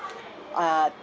uh